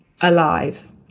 alive